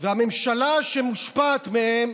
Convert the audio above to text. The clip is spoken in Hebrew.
והממשלה, שמושפעת מכן,